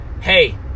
hey